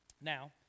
Now